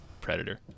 Predator